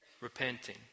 repenting